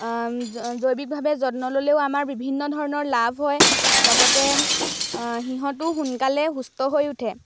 জৈৱিকভাৱে যত্ন ল'লেও আমাৰ বিভিন্ন ধৰণৰ লাভ হয় লগতে সিহঁতো সোনকালে সুস্থ হৈ উঠে